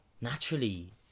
naturally